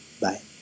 bye